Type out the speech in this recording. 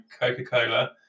Coca-Cola